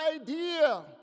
idea